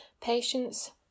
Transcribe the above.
Patience